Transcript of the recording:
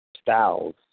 styles